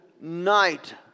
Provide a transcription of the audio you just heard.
night